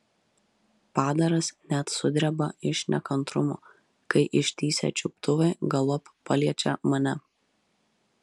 padaras net sudreba iš nekantrumo kai ištįsę čiuptuvai galop paliečia mane